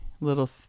little